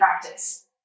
practice